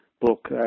book